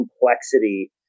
complexity